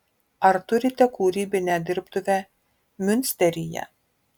ar turite kūrybinę dirbtuvę miunsteryje